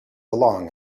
along